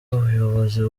ubuyobozi